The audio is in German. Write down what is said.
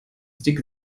stick